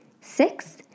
Six